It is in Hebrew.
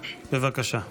בבקשה.